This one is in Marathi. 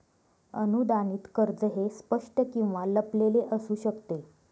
अनुदानित कर्ज हे स्पष्ट किंवा लपलेले असू शकते